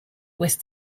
west